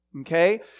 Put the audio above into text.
Okay